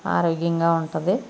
ఆరోగ్యంగా ఉంటుంది